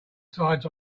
tides